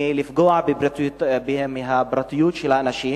מלפגוע בפרטיות של האנשים.